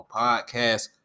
podcast